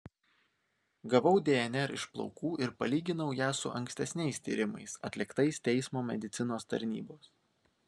gavau dnr iš plaukų ir palyginau ją su ankstesniais tyrimais atliktais teismo medicinos tarnybos